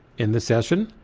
in this session,